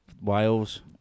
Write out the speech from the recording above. Wales